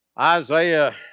Isaiah